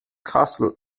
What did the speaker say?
kassel